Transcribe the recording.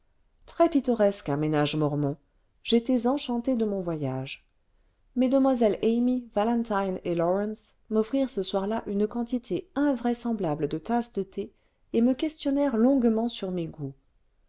très pittoresque un ménage mormon j'étais enchanté de mon voyage m amy valentine et lawrence m'offrirent ce soir-là une quantité invraisemblable de tasses de thé et me questionnèrent longuement sur mes goûts